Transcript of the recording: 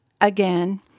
again